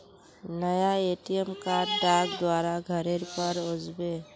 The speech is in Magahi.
नया ए.टी.एम कार्ड डाक द्वारा घरेर पर ओस बे